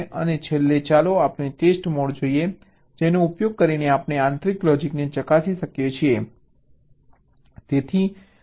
અને છેલ્લે ચાલો આપણે ટેસ્ટ મોડ જોઈએ જેનો ઉપયોગ કરીને આપણે આંતરિક લોજીકને ચકાસી શકીએ